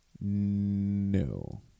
No